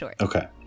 Okay